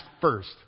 first